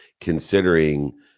considering